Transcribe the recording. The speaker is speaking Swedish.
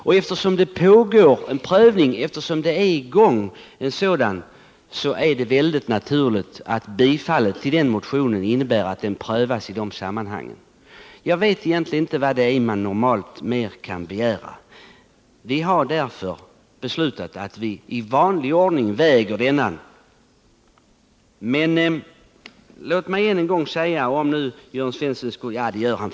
Och eftersom det pågår en utredning om riktlinjerna för en framtida naturresursoch miljöpolitik är det fullkomligt naturligt att motionen prövas i de sammanhangen. Jag vet egentligen inte vad man normalt mer kan begära. Utskottet föreslår ju att de i motionen framförda synpunkterna skall vägas i vanlig ordning.